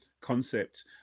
concept